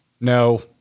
No